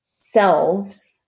selves